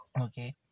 Okay